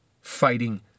Fighting